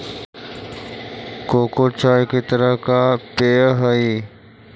cocoa चाय की तरह का पेय हई